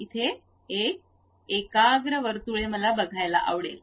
इथे एकाग्र वर्तुळे मला बघायला आवडेल